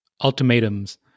ultimatums